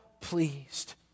pleased